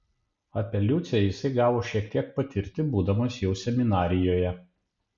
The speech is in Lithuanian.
apie liucę jisai gavo šiek tiek patirti būdamas jau vėl seminarijoje